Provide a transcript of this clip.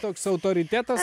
toks autoritetas